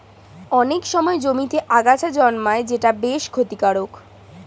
অনেক সময় জমিতে আগাছা জন্মায় যেটা বেশ ক্ষতিকারক